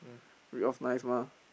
read off nice mah